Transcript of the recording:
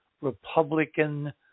Republican